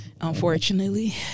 Unfortunately